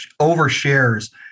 overshares